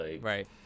Right